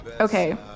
okay